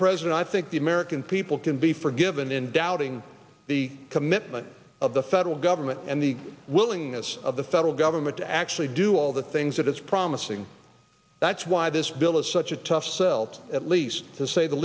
president i think the american people can be forgiven in doubting the commitment of the federal government and the willingness of the federal government to actually do all the things that it's promising that's why this bill is such a tough sell to at least to say the